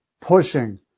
pushing